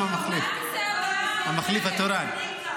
הטיסה הבאה, אני אתן לך